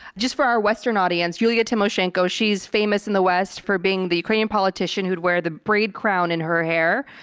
just for our western audience, yulia tymoshenko. she's famous in the west for being the ukrainian politician who'd wear the braid crown in her hair,